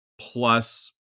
plus